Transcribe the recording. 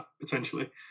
potentially